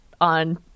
on